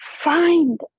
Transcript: find